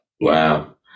Wow